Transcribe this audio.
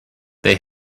they